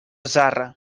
zarra